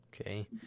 Okay